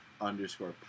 underscore